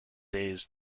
days